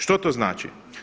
Što to znači?